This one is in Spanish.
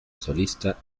solista